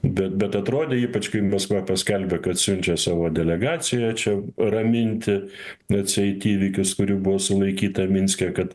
bet atrodė ypač kai maskva paskelbė kad siunčia savo delegaciją čia raminti atseit įvykius kuri buvo sulaikyta minske kad